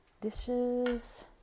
dishes